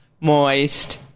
moist